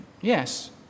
Yes